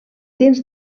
dins